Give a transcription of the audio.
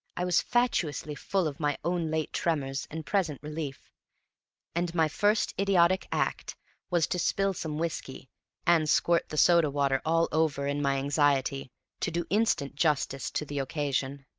i was fatuously full of my own late tremors and present relief and my first idiotic act was to spill some whiskey and squirt the soda-water all over in my anxiety to do instant justice to the occasion.